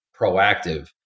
proactive